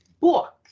book